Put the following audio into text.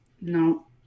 no